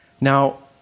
Now